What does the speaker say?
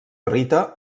rita